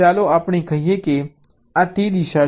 ચાલો આપણે કહીએ કે આ દિશા છે